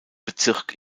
bezirk